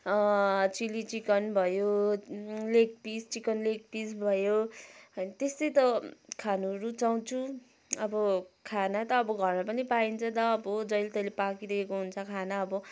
chilli chicken भयो leg piece chicken leg piece भयो त्यस्तै त खानु रुचाउँछु अब खाना त अब घरमा पनि पाइन्छ नि त अब जहिल्यै तहिल्यै पाकिरहेको हुन्छ खाना अब